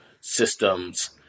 systems